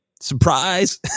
surprise